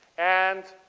and